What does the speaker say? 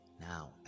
Now